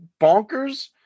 bonkers